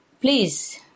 Please